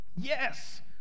yes